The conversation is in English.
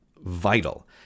vital